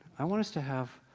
i want us to have